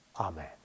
Amen